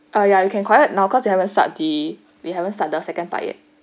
oh ya you can quiet now cause you haven't start the we haven't start the second part yet